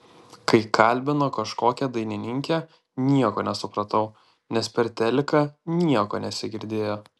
kai kalbino kažkokią dainininkę nieko nesupratau nes per teliką nieko nesigirdėjo